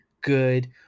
good